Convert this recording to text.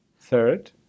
Third